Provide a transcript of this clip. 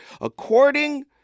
According